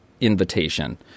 invitation